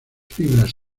fibras